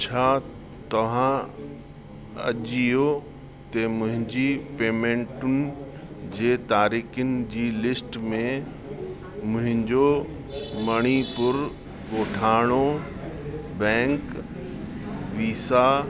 छा तव्हां अजीयो ते मुंहिंजी पेमेंटुनि जे तारीक़नि जी लिस्ट में मुहिंजो मणिपुर ॻोठाणो बैंक वीसा